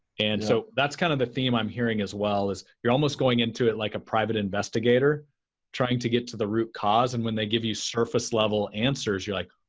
and so, that's kind of the theme i'm hearing as well is you're almost going into it like a private investigator trying to get to the root cause and when they give you surface-level answers, you're like,